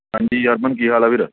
ਹਾਂਜੀ ਹਰਮਨ ਕੀ ਹਾਲ ਆ ਵੀਰ